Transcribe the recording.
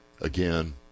Again